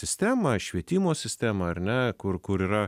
sistemą švietimo sistemą ar ne kur kur yra